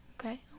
okay